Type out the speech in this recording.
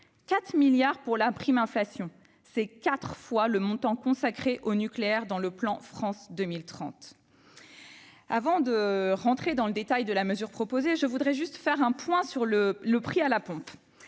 4 milliards d'euros pour la prime inflation, équivaut à quatre fois le montant consacré au nucléaire dans le plan France 2030 ! Avant d'entrer dans le détail de la mesure proposée, je tiens à faire un point sur le prix à la pompe.